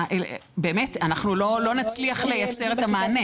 באמת אנחנו לא נצליח לייצר את המענה.